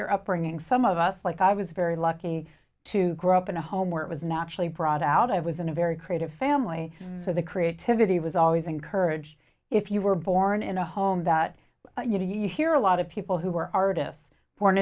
your upbringing some of us like i was very lucky to grow up in a home where it was naturally brought out i was in a very creative family so the creativity was always encourage if you were born in a home that you did you hear a lot of people who were artists born